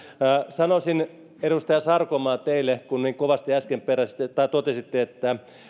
sanoisin teille edustaja sarkomaa kun niin kovasti äsken totesitte että